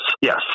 yes